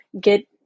get